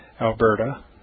Alberta